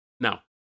now